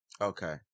Okay